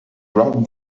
wrapped